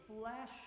flesh